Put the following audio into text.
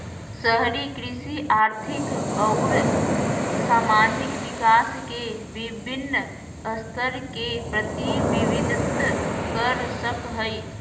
शहरी कृषि आर्थिक अउर सामाजिक विकास के विविन्न स्तर के प्रतिविंबित कर सक हई